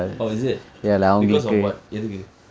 oh is it because of what எதுக்கு:ethukku